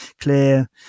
clear